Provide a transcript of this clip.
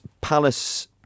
Palace